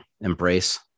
Embrace